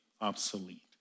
obsolete